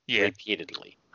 repeatedly